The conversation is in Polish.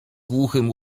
głuchym